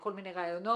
הקבלן.